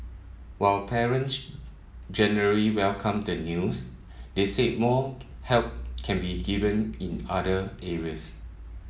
while parents generally welcomed the news they said more help can be given in other areas